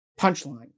punchline